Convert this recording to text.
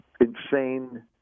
insane